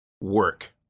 work